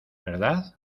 verdad